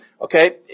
okay